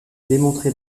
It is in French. démontré